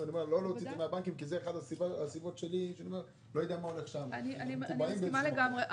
אני מסכימה לגמרי.